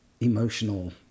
emotional